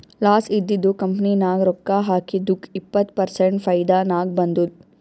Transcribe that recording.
loss ಇದ್ದಿದು company ನಾಗ್ ರೊಕ್ಕಾ ಹಾಕಿದ್ದುಕ್ ಇಪ್ಪತ್ ಪರ್ಸೆಂಟ್ ಫೈದಾ ನಾಗ್ ಬಂದುದ್